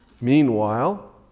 Meanwhile